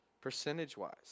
percentage-wise